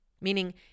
Meaning